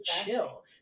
chill